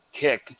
kick